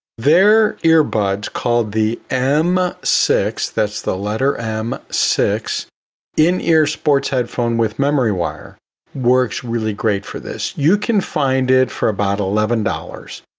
they're earbuds called the m six, that's the letter m six in-ear sports headphone with memory wire works really great for this. you can find it for about eleven dollars.